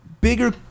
bigger